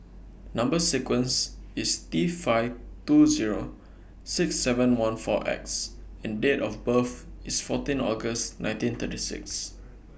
Number sequence IS T five two Zero six seven one four X and Date of birth IS fourteen August nineteen thirty six